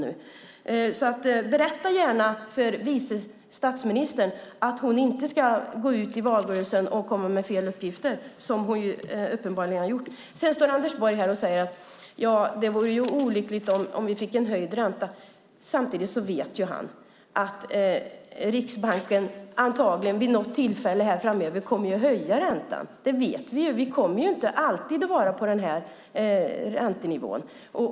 Berätta därför gärna för vice statsministern att hon inte ska gå ut i valrörelsen och ge fel uppgifter, vilket hon uppenbarligen gjort. Vidare säger Anders Borg att det vore olyckligt om vi fick höjd ränta. Samtidigt vet han att Riksbanken vid något tillfälle framöver kommer att höja räntan. Vi kommer inte alltid att ha den nuvarande räntenivån.